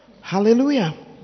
Hallelujah